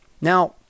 Now